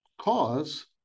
cause